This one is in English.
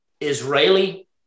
Israeli